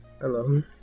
Hello